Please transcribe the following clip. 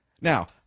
Now